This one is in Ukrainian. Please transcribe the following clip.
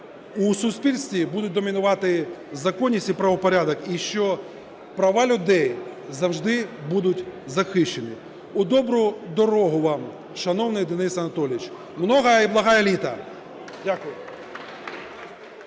у суспільстві будуть домінувати законність і правопорядок і що права людей завжди будуть захищені. У добру дорогу вам, шановний Денис Анатолійович! Многая і благая літа! Дякую.